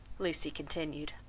lucy continued.